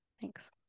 Thanks